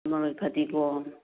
ꯃꯔꯣꯏ ꯐꯗꯤꯒꯣꯝ